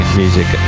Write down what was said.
music